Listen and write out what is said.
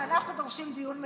ואנחנו דורשים דיון מליאה.